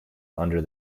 under